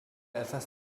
etwas